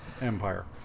Empire